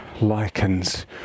lichens